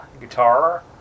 guitar